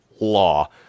law